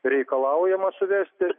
reikalaujama suvesti